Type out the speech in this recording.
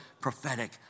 prophetic